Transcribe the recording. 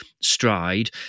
stride